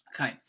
Okay